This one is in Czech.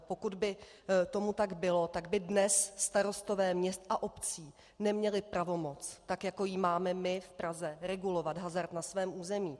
Pokud by tomu tak bylo, tak by dnes starostové měst a obcí neměli pravomoc, tak jako ji máme my v Praze, regulovat hazard na svém území.